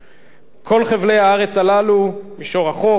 מישור החוף והשפלה אינם כבושים.